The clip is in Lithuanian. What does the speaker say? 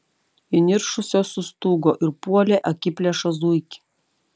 įniršusios sustūgo ir puolė akiplėšą zuikį